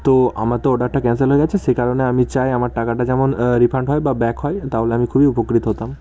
তো আমার তো অর্ডারটা ক্যানসেল হয়ে গিয়েছে সে কারণে আমি চাই আমার টাকাটা যেন রিফান্ড হয় বা ব্যাক হয় তাহলে আমি খুবই উপকৃত হতাম